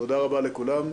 תודה רבה לכולם.